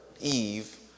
Eve